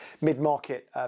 mid-market